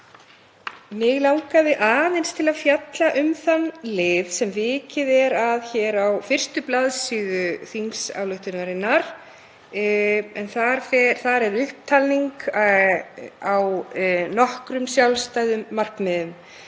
Mig langaði aðeins til að fjalla um þann lið sem vikið er að á fyrstu blaðsíðu þingsályktunartillögunnar þar sem er upptalning á nokkrum sjálfstæðum markmiðum